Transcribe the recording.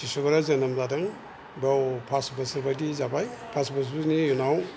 सिसिबारियाव जोनोम जादों बाव पास बोसोर बायदि जाबाय पास बोसोरनि उनाव